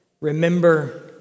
Remember